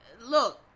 look